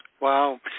Wow